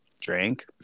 drank